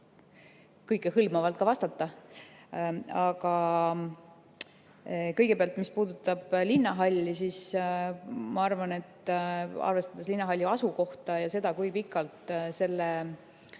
kõikehõlmavalt vastata. Kõigepealt, mis puudutab linnahalli, siis ma arvan, et arvestades linnahalli asukohta ja seda, kui pikalt selle